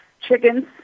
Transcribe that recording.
chickens